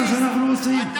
אז מה שאנחנו עושים,